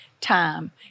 time